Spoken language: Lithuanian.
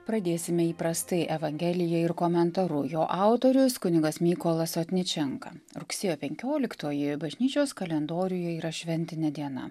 pradėsime įprastai evangelija ir komentaru jo autorius kunigas mykolas sotničenka rugsėjo penkioliktoji bažnyčios kalendoriuje yra šventinė diena